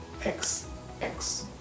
xx